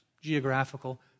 Geographical